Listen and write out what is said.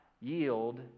yield